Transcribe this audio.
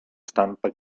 stampa